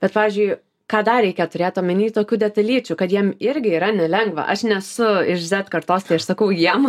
bet pavyzdžiui ką dar reikia turėt omeny tokių detalyčių kad jiem irgi yra nelengva aš nesu iš zet kartos tai aš sakau jiem